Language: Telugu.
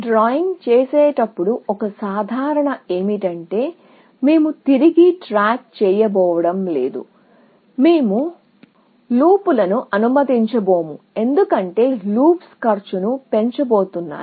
డ్రాయింగ్ చేసేటప్పుడు ఒక సాధారణ ఊఁహ ఏమిటంటే మేము తిరిగి ట్రాక్ చేయబోవడం లేదు మేము లూప్లను అనుమతించబోము ఎందుకంటే లూప్స్ కాస్ట్ను పెంచబోతున్నాయి